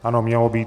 Ano, mělo být.